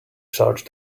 charge